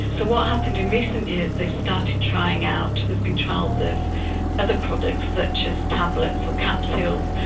but what happened, in recent years they started trying out, there's been trials of other products such as tablets or capsules.